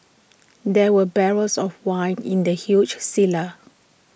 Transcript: there were barrels of wine in the huge cellar